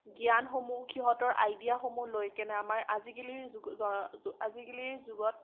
জ্ঞানসমূহ সিহঁতৰ আইডিয়াসমূহ লৈকেনে আমাৰ আজিকালিৰ আজিকালিৰ যুগত